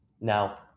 Now